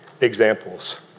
examples